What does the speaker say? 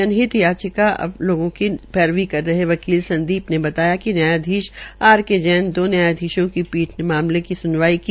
जनहित याचिका में आम लोगों की पैरवी कर रहे वकील संदीप ने बताया कि न्यायधीश आर के जैन की दो न्यायधीशों की पीठ ने मामले की स्नवाई की